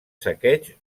saqueig